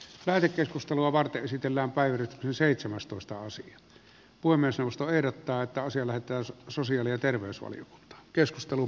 väri keskustelua varten esitellään päivitetty seitsemästoista asia voi myös nousta vertaa että on sillä että sosiaali ja arvoisa puhemies